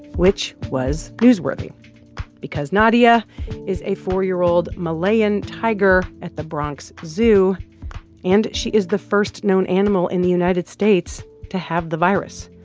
which was newsworthy because nadia is a four year old malayan tiger at the bronx zoo and she is the first known animal in the united states to have the virus.